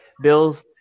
bill's